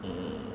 mm